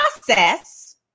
process